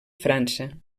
frança